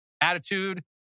attitude